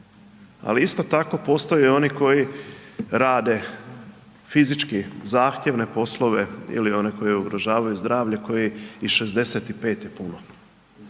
Ali isto tako postoje oni koji rade fizički zahtjevne poslove ili one koji ugrožavaju zdravlje kojima je i 65 puno.